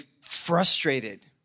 frustrated